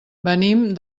venim